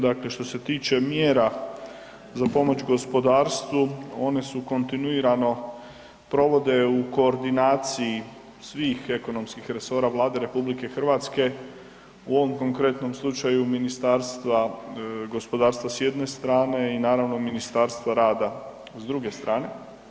Dakle, što se tiče mjera za pomoć gospodarstvu one se kontinuirano provode u koordinaciji svih ekonomskih resora Vlade RH, u ovom konkretnom slučaju Ministarstva gospodarstva s jedne strane i naravno Ministarstva rada s druge strane.